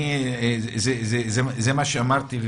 זה מה שאמרתי,